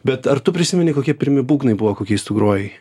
bet ar tu prisimeni kokie pirmi būgnai buvo kokiais tu grojai